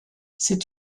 c’est